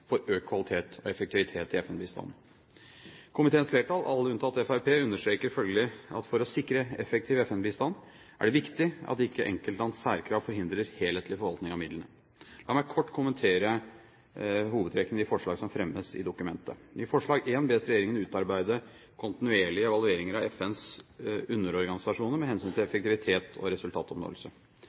for økt kvalitet og effektivitet i FN-bistanden. Komiteens flertall, alle unntatt medlemmene fra Fremskrittspartiet, understreker følgelig at for å sikre effektiv FN-bistand er det viktig at ikke enkeltlands særkrav forhindrer helhetlig forvaltning av midlene. La meg kort kommentere hovedtrekkene i de forslagene som fremmes i dokumentet. I forslag I bes «regjeringen utarbeide kontinuerlige evalueringer av FNs underorganisasjoner med hensyn til effektivitet og resultatoppnåelse».